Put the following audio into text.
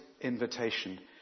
invitation